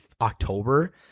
October